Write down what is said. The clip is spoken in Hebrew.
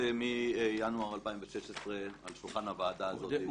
מינואר 2016 מונחות על שולחן הוועדה הזאת תקנות.